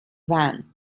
van